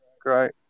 Great